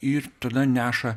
ir tada neša